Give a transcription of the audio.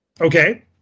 Okay